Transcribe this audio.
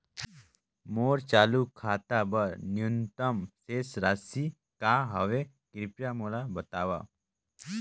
मोर चालू खाता बर न्यूनतम शेष राशि का हवे, कृपया मोला बतावव